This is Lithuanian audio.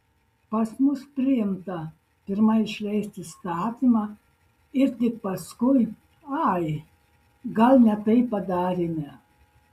pas mus priimta pirma išleisti įstatymą ir tik paskui ai gal ne taip padarėme